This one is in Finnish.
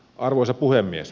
arvoisa puhemies